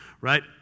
Right